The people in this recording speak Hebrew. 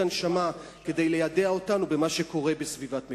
הנשמה כדי ליידע אותנו במה שקורה בסביבת מגורינו.